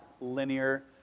linear